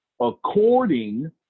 according